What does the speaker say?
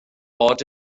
bod